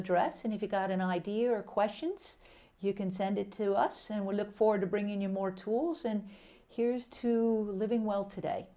address and if you got an idea or questions you can send it to us and we'll look forward to bringing you more tools and here's to living well today